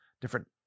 different